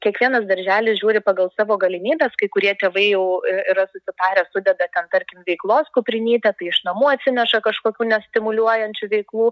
kiekvienas darželis žiūri pagal savo galimybes kai kurie tėvai jau yra susitarę sudeda ten tarkim veiklos kuprinytę tai iš namų atsineša kažkokių nestimuliuojančių veiklų